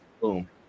Boom